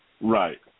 Right